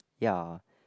ya